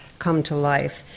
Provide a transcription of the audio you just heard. come to life,